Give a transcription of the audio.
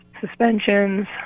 suspensions